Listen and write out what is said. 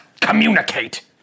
communicate